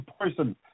person